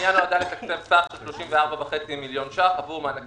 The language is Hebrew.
הפנייה נועדה לתקצב סך של 34.5 מיליון שקלים עבור מענק